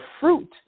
fruit